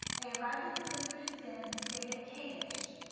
they arrived at the desert of zin and stayed at kaddish.